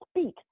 speak